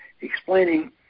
explaining